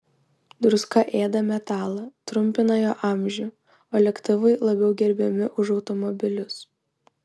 druska ėda metalą trumpina jo amžių o lėktuvai labiau gerbiami už automobilius